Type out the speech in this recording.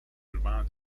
urbaine